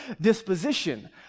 disposition